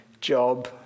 job